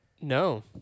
No